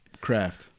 craft